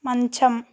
మంచం